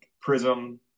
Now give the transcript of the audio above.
prism